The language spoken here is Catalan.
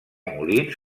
molins